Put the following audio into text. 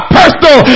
personal